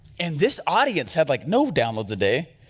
and this audience had like no downloads a day,